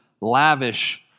lavish